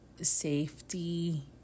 safety